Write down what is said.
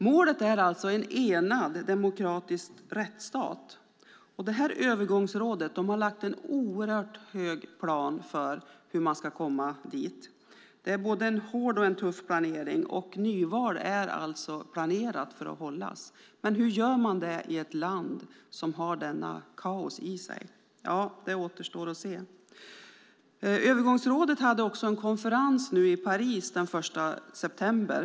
Målet är alltså en enad demokratisk rättsstat, och övergångsrådet har lagt en oerhört hög plan för hur man ska komma dit. Det är både en hård och en tuff planering. Nyval är alltså planerat att hållas. Men hur gör man det i ett land som har detta kaos i sig? Ja, det återstår att se. Övergångsrådet hade en konferens i Paris den 1 september.